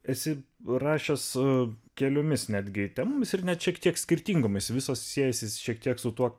esi rašęs keliomis netgi temomis ir net šiek tiek skirtingomis visos siejęsis šiek tiek su tuo